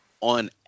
on